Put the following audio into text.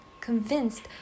convinced